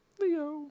Leo